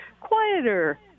quieter